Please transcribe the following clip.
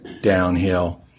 downhill